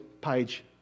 page